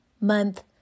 month